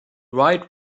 right